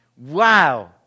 Wow